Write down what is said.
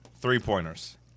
three-pointers